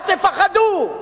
אל תפחדו.